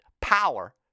power